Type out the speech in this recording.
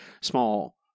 small